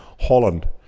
Holland